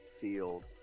field